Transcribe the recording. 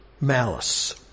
malice